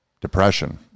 depression